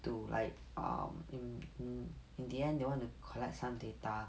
to like err in in in the end they want to collect some data